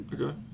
okay